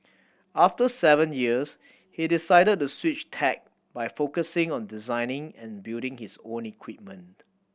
after seven years he decided to switch tack by focusing on designing and building his own equipment